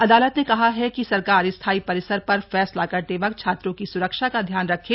अदालत ने कहा कि सरकार स्थायी परिसर पर फैसला करते वक्त छात्रों की स्रक्षा का ध्यान रखे